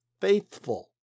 faithful